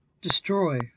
Destroy